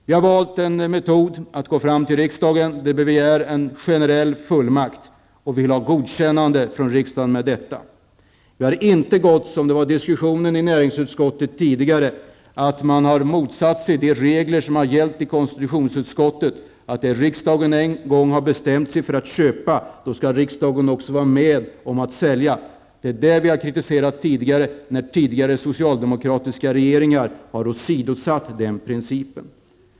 Vi har valt en metod att gå till riksdagen och begära en generell fullmakt. Vi vill ha ett godkännande från riksdagen för detta. Man har inte, som det var diskussion om i näringsutskottet tidigare, motsatt sig de regler som gällt i konstitutionsutskottet att när riksdagen en gång har bestämt sig för att köpa skall riksdagen också vara med om att sälja. Vi har tidigare kritiserat detta när den tidigare socialdemokratiska regeringen har åsidosatt den principen.